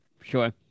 Sure